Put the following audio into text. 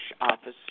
officer